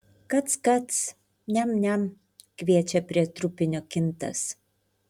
kac kac niam niam kviečia prie trupinio kintas